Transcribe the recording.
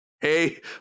Hey